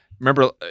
remember